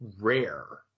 rare